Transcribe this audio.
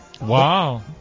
Wow